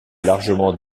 largement